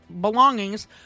belongings